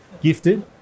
gifted